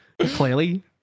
clearly